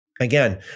again